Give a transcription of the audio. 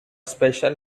special